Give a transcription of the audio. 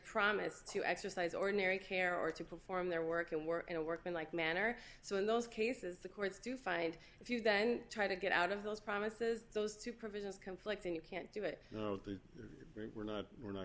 promise to exercise ordinary care are to perform their work and work in a workman like manner so in those cases the courts do find if you then try to get out of those promises those two provisions conflicting you can't do it at the very we're not we're not